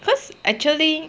because actually